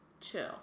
Chill